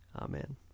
Amen